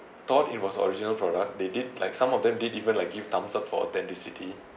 thought it was original product they did like some of them did even like give thumbs up for authenticity